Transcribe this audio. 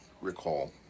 recall